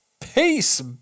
Peace